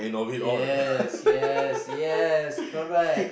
yes yes yes correct